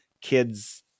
kids